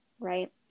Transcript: right